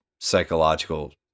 psychological